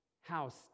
house